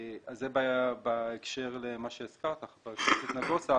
זה בהקשר למה שהזכרת, חבר הכנסת נגוסה.